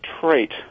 trait